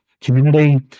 community